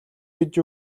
гэж